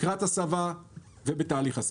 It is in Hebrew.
לקראת הסבה ובתהליך הסבה.